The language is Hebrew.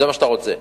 זה מה שאתה רוצה,